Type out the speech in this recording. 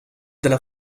della